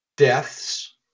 deaths